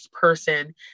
person